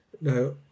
Now